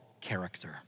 character